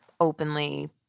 openly